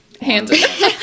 hands